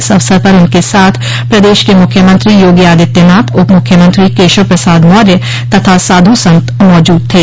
इस अवसर पर उनके साथ प्रदेश के मुख्यमंत्री योगी आदित्यनाथ उप मुख्यमंत्री केशव प्रसाद मौर्य तथा साधु संत मौजूद थे